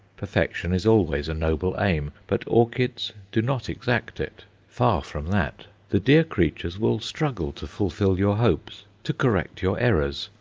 perfection is always a noble aim but orchids do not exact it far from that! the dear creatures will struggle to fulfil your hopes, to correct your errors,